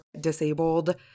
disabled